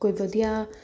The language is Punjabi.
ਕੋਈ ਵਧੀਆ